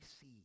see